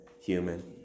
human